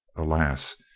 alas,